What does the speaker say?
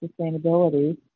sustainability